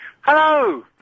Hello